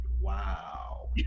wow